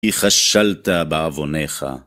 כי כשלת בעווניך